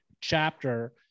chapter